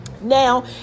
Now